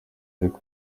ariko